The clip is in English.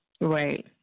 Right